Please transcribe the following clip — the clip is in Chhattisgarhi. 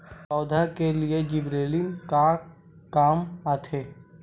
पौधा के लिए जिबरेलीन का काम आथे?